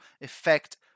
effect